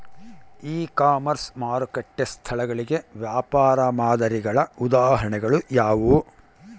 E commerce ಮಾರುಕಟ್ಟೆ ಸ್ಥಳಗಳಿಗೆ ವ್ಯಾಪಾರ ಮಾದರಿಗಳ ಉದಾಹರಣೆಗಳು ಯಾವುವು?